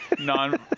non